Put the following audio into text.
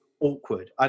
Awkward